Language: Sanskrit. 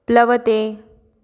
प्लवते